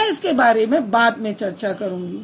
मैं इसके बारे में बाद में चर्चा करूंगी